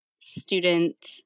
student